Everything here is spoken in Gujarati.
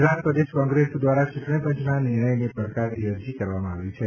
ગુજરાત પ્રદેશ કોંગ્રેસ દ્વારા ચૂંટણીપંચના નિર્ણયને પડકારતી અરજી કરવામાં આવી છે